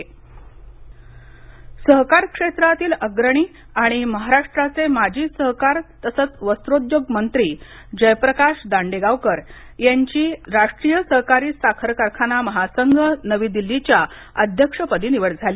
दांडेगावकर सहकार क्षेत्रातील अग्रणी आणि महाराष्ट्राचे माजी सहकार तसंच वस्त्रोद्योग मंत्री जयप्रकाश दांडेगावकर यांची आज राष्ट्रीय सहकारी साखर कारखाना महासंघ नवी दिल्लीच्या अध्यक्षपदी निवड झाली